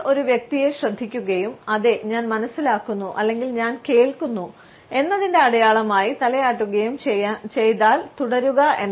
നമ്മൾ ഒരു വ്യക്തിയെ ശ്രദ്ധിക്കുകയും "അതെ ഞാൻ മനസ്സിലാക്കുന്നു അല്ലെങ്കിൽ ഞാൻ കേൾക്കുന്നു" എന്നതിന്റെ അടയാളമായി തലയാട്ടുകയും ചെയ്താൽ തുടരുക